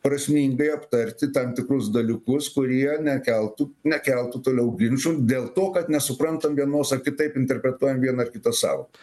prasmingai aptarti tam tikrus dalykus kurie nekeltų nekeltų toliau ginčų dėl to kad nesuprantam vienos ar kitaip interpretuojam vieną ar kitą sąvoką